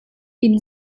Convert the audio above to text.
inn